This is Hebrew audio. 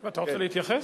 אתה רוצה להתייחס?